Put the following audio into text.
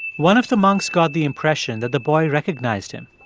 one of the monks got the impression that the boy recognized him.